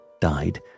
died